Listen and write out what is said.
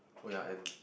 oh ya and